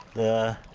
the